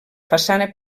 façana